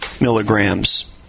milligrams